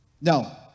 No